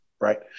right